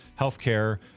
healthcare